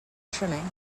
trimming